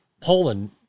Poland